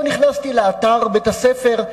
נכנסתי לאתר בית-הספר.